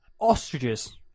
ostriches